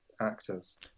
actors